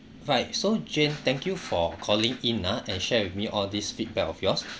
right so jane thank you for calling in ah and share with me all these feedback of yours